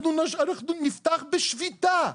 אנחנו נפתח בשביתה.